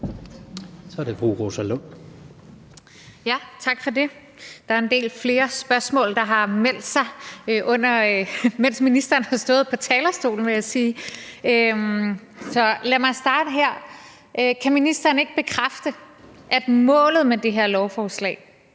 Kan ministeren ikke bekræfte, at målet med det her lovforslag